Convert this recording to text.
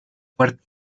puerto